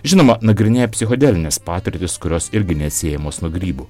žinoma nagrinėja psichodelines patirtis kurios irgi neatsiejamos nuo grybų